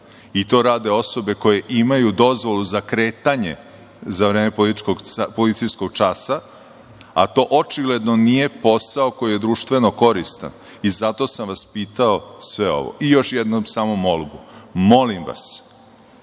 To rade osobe koje imaju dozvolu za kretanje za vreme policijskog časa, a to očigledno nije posao koji je društveno koristan. Zato sam vas pitao sve ovo.I još jednom, samo molbu. Molim vas,